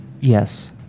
Yes